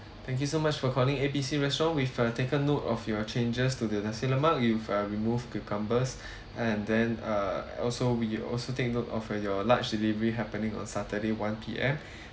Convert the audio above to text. thank you so much for calling A B C restaurant we've uh taken note of your changes to the nasi lemak you've uh removed cucumbers and then uh also we also take note of uh your large delivery happening on saturday one P_M